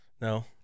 No